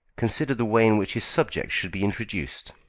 considered the way in which his subject should be introduced.